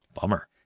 Bummer